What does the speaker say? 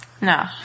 No